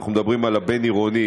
ואנחנו מדברים על הבין-עירוני,